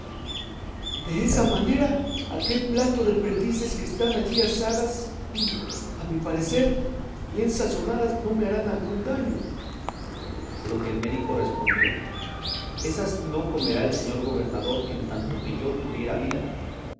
desa manera aquel plato de perdices que están allí asadas y a mi parecer bien sazonadas no me harán algún daño a lo que el médico respondió ésas no comerá el señor gobernador en tanto que yo tuviere vida